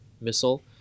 missile